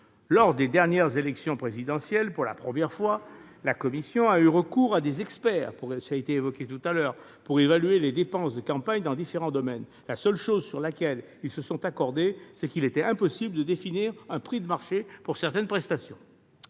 Lors de la dernière élection présidentielle, pour la première fois, la CNCCFP a eu recours à des experts- cela a été évoqué -pour évaluer les dépenses de campagne dans différents domaines : la seule chose sur laquelle ils se sont accordés, c'est qu'il était impossible de définir un prix du marché pour certaines prestations